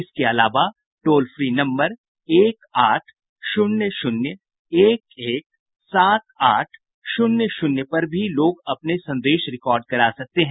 इसके अलावा लोग टोल फ्री नम्बर एक आठ शून्य शून्य एक एक सात आठ शून्य शून्य पर भी अपने संदेश रिकार्ड करा सकते हैं